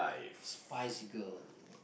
spice girl